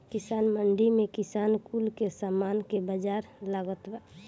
किसान मंडी में किसान कुल के सामान के बाजार लागता बा